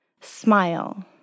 Smile